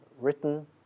written